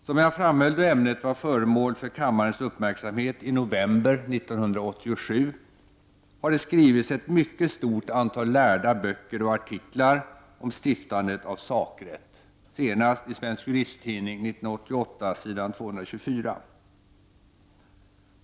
Som jag framhöll då ämnet var föremål för kammarens uppmärksamhet i november 1987 har det skrivits ett mycket stort antal lärda böcker och artiklar om stiftandet av sakrätt, senast i Svensk Juristtidning 1988 s. 224.